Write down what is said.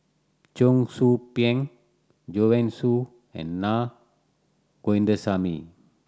Cheong Soo Pieng Joanne Soo and Na Govindasamy